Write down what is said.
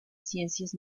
ciencias